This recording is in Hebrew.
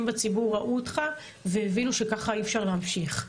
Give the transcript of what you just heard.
בציבור ראו אותך והבינו שככה אי אפשר להמשיך.